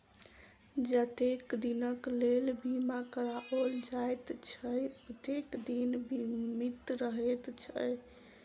जतेक दिनक लेल बीमा कराओल जाइत छै, ओतबे दिन बीमित रहैत छै